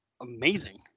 amazing